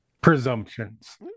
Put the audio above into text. presumptions